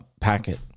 packet